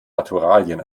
naturalien